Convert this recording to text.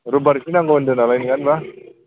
रबिबारावसो नांगौ होनदों नालाय नङा होनबा